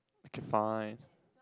okay fine